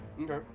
Okay